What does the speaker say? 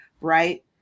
right